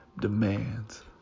demands